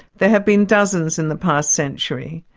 there have been dozens in the past century.